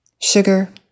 Sugar